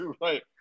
right